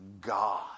God